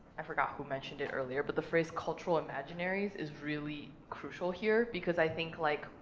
i forgot who mentioned it earlier, but the phrase, cultural imaginaries, is really crucial here, because i think, like,